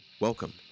welcome